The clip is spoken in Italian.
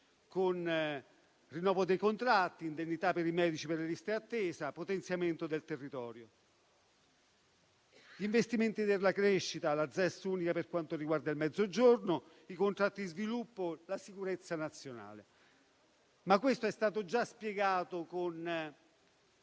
con rinnovo dei contratti, indennità per i medici per le liste attesa, potenziamento del territorio. Gli investimenti per la crescita, la ZES unica per quanto riguarda il Mezzogiorno, i contratti di sviluppo, la sicurezza nazionale. Ma questo è stato già spiegato, con